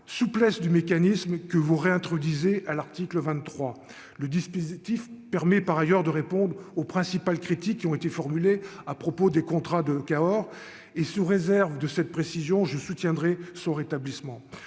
souplesse du mécanisme que vous réintroduisez à l'article 23 le dispositif permet par ailleurs de répondre aux principales critiques qui ont été formulées à propos des contrats de Cahors et sous réserve de cette précision, je soutiendrai son rétablissement